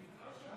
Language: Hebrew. אישרה